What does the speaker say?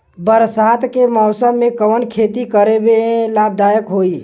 बरसात के मौसम में कवन खेती करे में लाभदायक होयी?